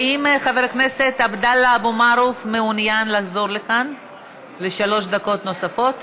האם חבר הכנסת עבדאללה אבו מערוף מעוניין לחזור לכאן לשלוש דקות נוספות?